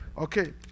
Okay